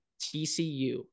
TCU